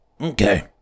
Okay